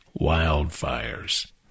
Wildfires